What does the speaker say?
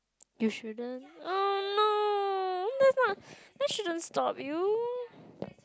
you shouldn't oh no that's not that shouldn't stop you